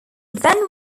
then